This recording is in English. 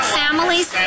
families